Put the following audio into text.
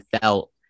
felt